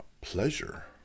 Pleasure